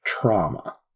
trauma